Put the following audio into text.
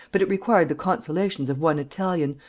but it required the consolations of one italian,